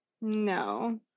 no